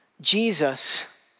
Jesus